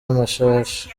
amashashi